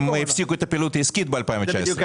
הם הפסיקו את הפעילות העסקית ב-2019.